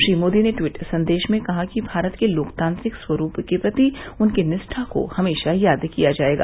श्री मोदी ने ट्वीट संदेश में कहा कि भारत के लोकतांत्रिक स्वरूप के प्रति उनकी निष्ठा को हमेशा याद किया जाएगा